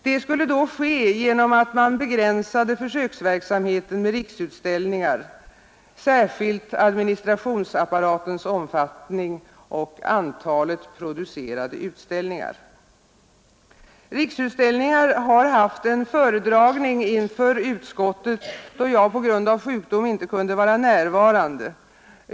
Detta skulle då ske genom att man begränsade försöksverksamheten med Riksutställningar, särskilt administrationsapparatens omfattning och antalet producerade utställningar. Riksutställningar har haft en föredragning inför utskottet, då jag på grund av sjukdom ej var närvarande.